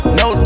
no